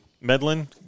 Medlin